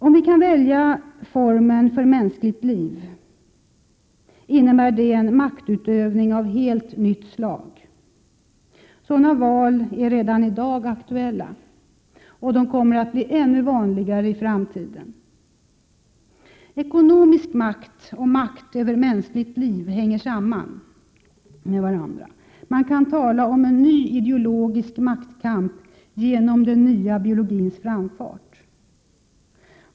Om vi kan välja formen för mänskligt liv, innebär det en maktutövning av ett helt nytt slag. Sådana val är redan i dag aktuella, och de kommer att bli vanligare i framtiden. Ekonomisk makt och makt över mänskligt liv hänger förstås samman med varandra. Man kan tala om en ny ideologisk maktkamp genom den nya biologins framfart.